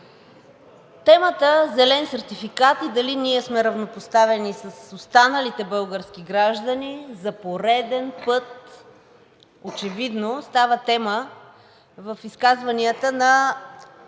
темата зелен сертификат и дали ние сме равнопоставени с останалите български граждани за пореден път очевидно става тема в изказванията на